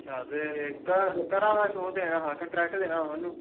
अच्छा फिर घरा दा कंट्रेक्ट देना हा थुहानू